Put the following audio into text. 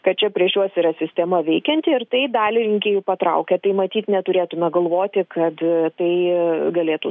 kad čia prieš juos yra sistema veikianti ir tai dalį rinkėjų patraukia tai matyt neturėtume galvoti kad tai galėtų